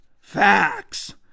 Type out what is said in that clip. Facts